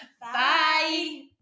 Bye